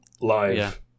live